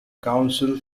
council